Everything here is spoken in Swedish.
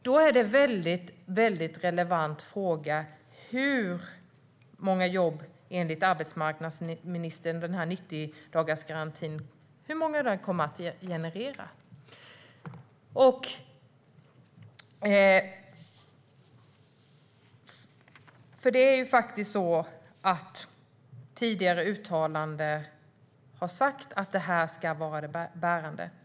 Då är frågan relevant: Hur många jobb kommer 90-dagarsgarantin enligt arbetsmarknadsministern att generera? Tidigare uttalanden har varit att garantin ska vara bärande.